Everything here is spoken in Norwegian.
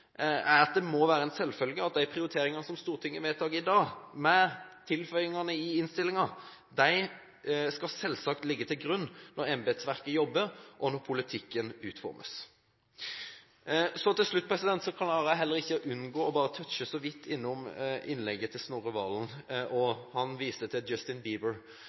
at det må være en selvfølge at de prioriteringene som Stortinget vedtar i dag, med tilføyingene i innstillingen, skal ligge til grunn når embetsverket jobber, og når politikken utformes. Til slutt klarer jeg heller ikke å unngå å touche så vidt innom innlegget til Snorre Serigstad Valen. Han viser til Justin